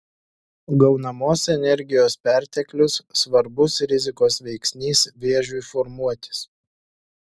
gaunamos energijos perteklius svarbus rizikos veiksnys vėžiui formuotis